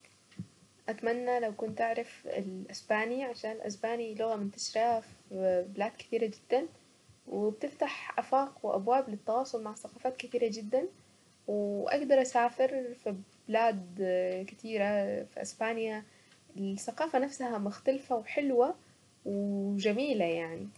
اتمنى لو كنت اعرف الاسباني عشان الاسباني لغة منتشرة في بلاد كثيرة جدا وبتفتح افاق وابواب للتواصل مع ثقافات كثيرة جدا واقدر اسافر في بلاد كثيرة في اسبانيا الثقافة نفسها مختلفة وحلوة وجميلة يعني.